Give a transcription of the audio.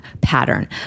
pattern